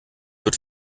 wird